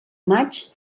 maig